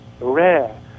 rare